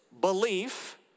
belief